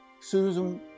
Susan